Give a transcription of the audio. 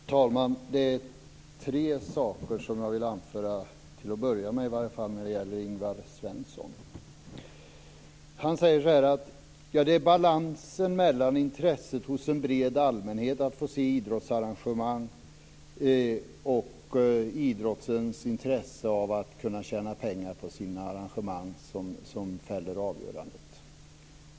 Fru talman! Det är tre saker som jag till att börja med vill anföra när det gäller Ingvar Svenssons anförande. Ingvar Svensson säger att det är balansen mellan intresset hos en bred allmänhet att få se idrottsarrangemang och idrottsrörelsens intresse av att tjäna pengar på sina arrangemang som fäller avgörandet.